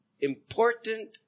important